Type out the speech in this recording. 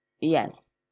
Yes